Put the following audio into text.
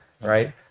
right